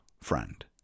friend